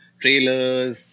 trailers